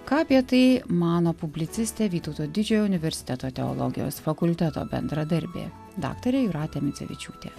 ką apie tai mano publicistė vytauto didžiojo universiteto teologijos fakulteto bendradarbė daktarė jūratė micevičiūtė